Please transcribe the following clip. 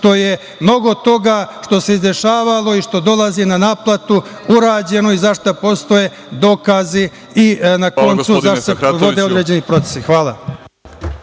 što se mnogo toga izdešavalo i što dolazi na naplatu urađeno i za šta postoje dokazi i na koncu za šta se vode određeni procesi. Hvala.